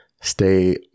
Stay